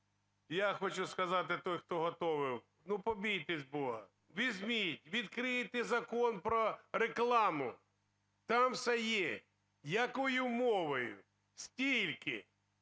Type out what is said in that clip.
я хочу сказати, той, хто готовив, ну, побійтесь Бога, візьміть, відкрийте Закон "Про рекламу", там все є: якою мовою, скільки